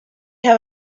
have